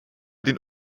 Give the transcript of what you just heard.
den